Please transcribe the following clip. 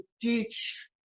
teach